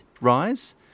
rise